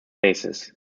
basis